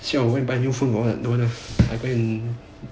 siao I go and buy new phone for what